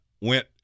Went